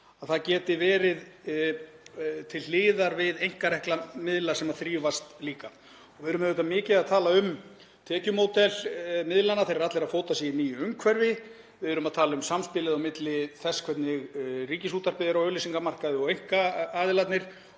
að það geti verið til hliðar við einkarekna miðla sem þrífast líka. Við erum auðvitað mikið að tala um tekjumódel miðlanna. Þeir eru allir að fóta sig í nýju umhverfi. Við erum að tala um samspilið milli þess hvernig Ríkisútvarpið er á auglýsingamarkaði og einkaaðilarnir